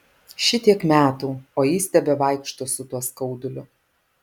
šitiek metų o jis tebevaikšto su tuo skauduliu